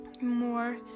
more